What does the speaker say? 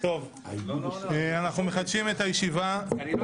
אני לא